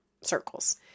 circles